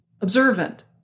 observant